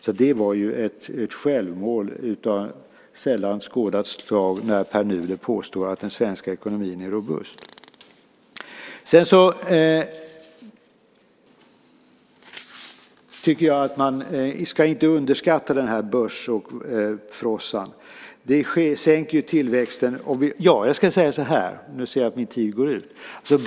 Så det är ett självmål av sällan skådat slag när Pär Nuder påstår att den svenska ekonomin är robust. Sedan tycker jag inte att man ska underskatta börsfrossan. Den sänker ju tillväxten.